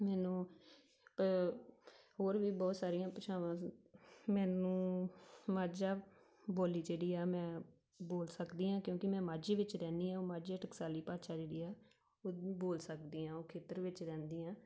ਮੈਨੂੰ ਹੋਰ ਵੀ ਬਹੁਤ ਸਾਰੀਆਂ ਭਾਸ਼ਾਵਾਂ ਮੈਨੂੰ ਮਾਝਾ ਬੋਲੀ ਜਿਹੜੀ ਆ ਮੈਂ ਬੋਲ ਸਕਦੀ ਹਾਂ ਕਿਉਂਕਿ ਮੈਂ ਮਾਝੇ ਵਿੱਚ ਰਹਿੰਦੀ ਹਾਂ ਉਹ ਮਾਝੇ ਟਕਸਾਲੀ ਭਾਸ਼ਾ ਜਿਹੜੀ ਆ ਉਹਨੂੰ ਬੋਲ ਸਕਦੀ ਹਾਂ ਉਹ ਖੇਤਰ ਵਿੱਚ ਰਹਿੰਦੀ ਹਾਂ